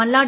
Malladi